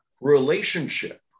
relationship